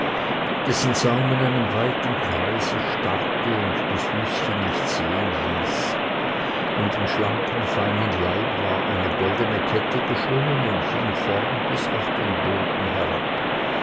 dessen saum in einem weiten kreise starrte und die füßchen nicht sehen ließ um den schlanken feinen leib war eine goldene kette geschlungen und hing vorn bis auf den boden herab